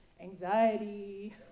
anxiety